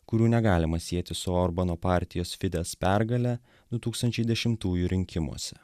kurių negalima sieti su orbano partijos fides pergale du tūkstančiai dešimtųjų rinkimuose